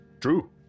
True